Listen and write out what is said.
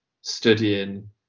studying